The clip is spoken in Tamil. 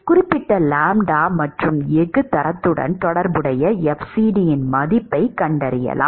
குறிப்பிட்ட லாம்ப்டா மற்றும் எஃகு தரத்துடன் தொடர்புடைய fcd இன் மதிப்பைக் கண்டறியலாம்